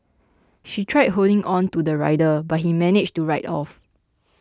she tried holding on to the rider but he managed to ride off